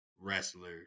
wrestler